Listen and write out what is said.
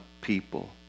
people